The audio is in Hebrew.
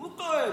שהוא טוען,